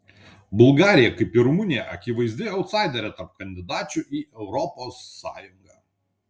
bulgarija kaip ir rumunija akivaizdi autsaiderė tarp kandidačių į europos sąjungą